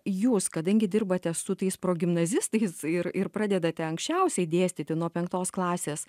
jūs kadangi dirbate su tais progimnazistais ir ir pradedate anksčiausiai dėstyti nuo penktos klasės